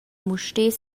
mustér